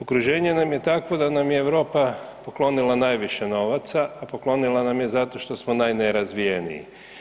Okruženje nam je takvo da nam je Europa poklonila najviše novaca, a poklonila nam je zato što smo najnerazvijeniji.